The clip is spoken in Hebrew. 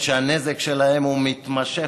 שהנזק שלהם הוא מתמשך,